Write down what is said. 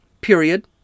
period